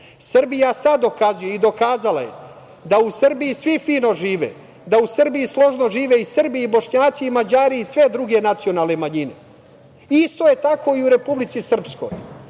i dokazala je da u Srbiji svi fino žive, da u Srbiji složno žive i Srbi i Bošnjaci i Mađari i sve druge nacionalne manjine. Isto je tako i u Republici Srpskoj.